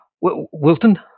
Wilton